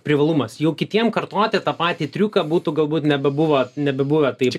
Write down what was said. privalumas jau kitiem kartoti tą patį triuką būtų galbūt nebebuvo nebebuvo tai